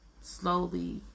slowly